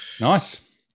Nice